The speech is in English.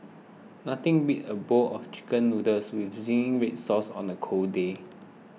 nothing beats a bowl of Chicken Noodles with Zingy Red Sauce on a cold day